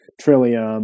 Trillium